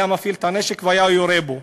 הוא היה מפעיל את הנשק והיה יורה בו.